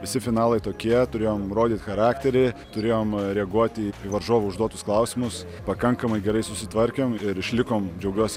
visi finalai tokie turėjom rodyt charakterį turėjom reaguoti į varžovų užduotus klausimus pakankamai gerai susitvarkėm ir išlikom džiaugiuosi